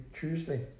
Tuesday